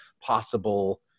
possible